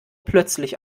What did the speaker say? plötzlich